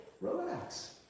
Relax